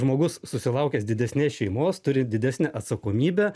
žmogus susilaukęs didesnės šeimos turi didesnę atsakomybę